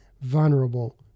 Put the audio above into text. vulnerable